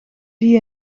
die